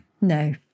No